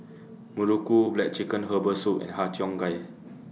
Muruku Black Chicken Herbal Soup and Har Cheong Gai